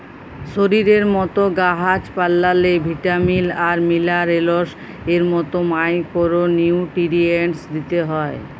শরীরের মত গাহাচ পালাল্লে ভিটামিল আর মিলারেলস এর মত মাইকোরো নিউটিরিএন্টস দিতে হ্যয়